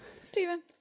Stephen